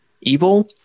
evil